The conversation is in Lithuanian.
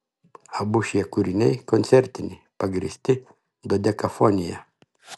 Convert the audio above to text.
abu šie kūriniai koncertiniai pagrįsti dodekafonija